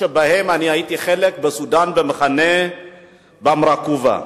שהייתי חלק מהם בסודן במחנה באום-ראקובה,